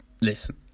listen